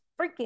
freaking